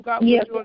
Yes